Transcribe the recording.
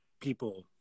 people